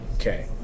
Okay